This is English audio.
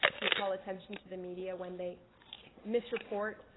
we call attention to the media when they misreport,